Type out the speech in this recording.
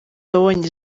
yabonye